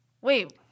wait